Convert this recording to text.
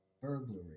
burglary